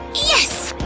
yes!